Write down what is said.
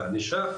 בענישה,